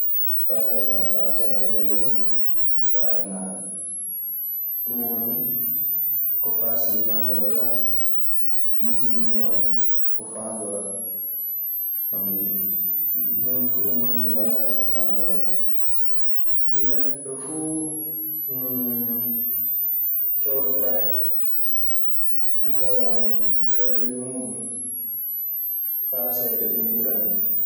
Faa loonna kaddule faa laaɓa. Ɗun woni ko paasirgal gal kaa moƴƴiniraa, faandoraa. Sabi huunde fuu ko moƴƴiniraa e ko faandoraa. Neɗɗo fuu keewɗo pare, a tawan kaddule muuɗun paaseede ɗun ɓurani ɗun.